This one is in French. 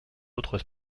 autres